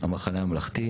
המחנה הממלכתי